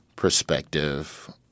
perspective